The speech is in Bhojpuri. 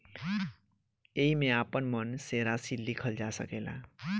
एईमे आपन मन से राशि लिखल जा सकेला